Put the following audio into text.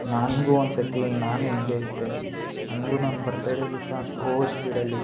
ನನಗು ಒಂದುಸತಿ ನಾನು ಹಿಂಗೆ ಇದ್ದೆ ನನಗು ನನ್ನ ಬರ್ತಡೇ ದಿವಸ ಓವರ್ ಸ್ಪೀಡಲ್ಲಿದ್ದೆ